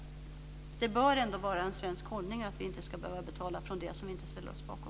Det bör ändå vara en svensk hållning att vi inte ska behöva betala för det som vi inte ställer oss bakom.